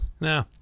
no